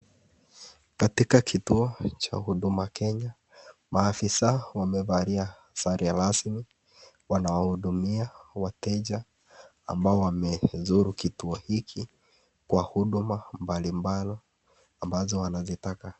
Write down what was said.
Katika kituo cha Huduma Kenya maafisa wamevalia sare rasmi wanawahudumia wateja ambao wamezuru kituo hiki kwa huduma mbali mbali ambazo wanazitaka.